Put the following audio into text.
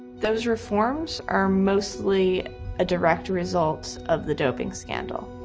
those reforms are mostly a direct result of the doping scandal.